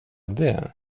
det